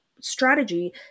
strategy